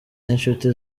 n’inshuti